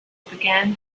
began